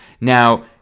Now